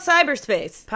Cyberspace